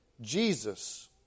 Jesus